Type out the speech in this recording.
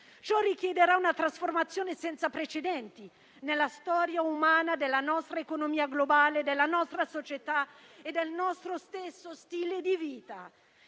Ciò richiederà una trasformazione senza precedenti nella storia umana della nostra economia globale, della nostra società e del nostro stesso stile di vita.